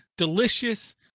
Delicious